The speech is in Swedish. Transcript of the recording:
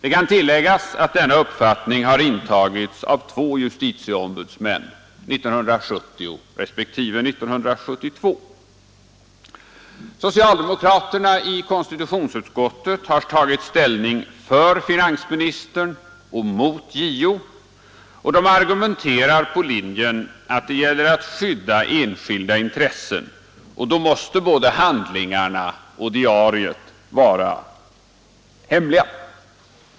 Socialdemokraterna har i utskottet tagit ställning för finansministern och mot JO. De argumenterar efter linjen att det gäller att skydda enskilda intressen, och då måste både handlingarna och diariet vara hemliga.